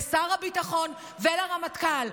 לשר הביטחון ולרמטכ"ל,